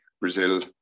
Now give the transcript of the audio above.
Brazil